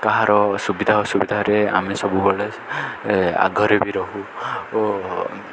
କାହାର ସୁବିଧା ଅସୁବିଧାରେ ଆମେ ସବୁବେଳେ ଆଗରେ ବି ରହୁ ଓ